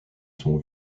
sont